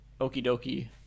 okie-dokie